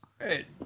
Right